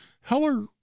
Heller